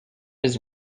his